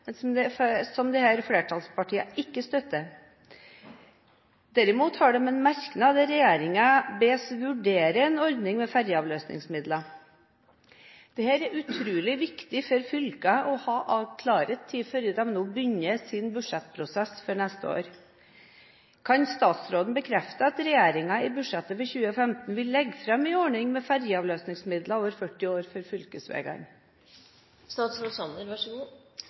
men som disse flertallspartiene ikke støtter. Derimot har de en merknad der regjeringen bes vurdere en ordning med ferjeavløsningsmidler. Dette er det utrolig viktig for fylkene å ha klarhet i før de nå begynner sin budsjettprosess for neste år. Kan statsråden bekrefte at regjeringen i budsjettet for 2015 vil legge fram en ordning med ferjeavløsningsmidler over 40 år for fylkesveiene? Dersom representanten Greni og Senterpartiet hadde vært så